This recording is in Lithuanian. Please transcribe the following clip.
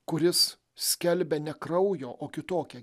kuris skelbia ne kraujo o kitokią